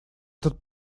этот